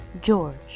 George